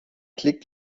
klick